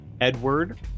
Edward